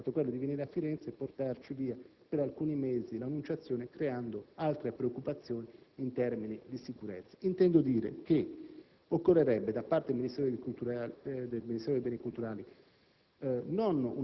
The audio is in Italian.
del ministro Rutelli è stato quello di venire a Firenze e portarci via per alcuni mesi l'«Annunciazione», creando altre preoccupazioni in termini di sicurezza. Intendo dire che da parte del Ministero per i beni culturali